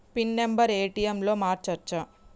Pin number ATM లో మార్చచ్చా?